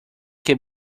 que